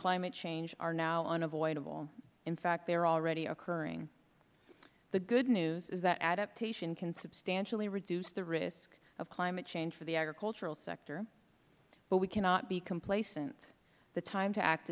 climate change are now unavoidable in fact they are already occurring the good news is that adaptation can substantially reduce the risk of climate change for the agricultural sector but we cannot be complacent the time to act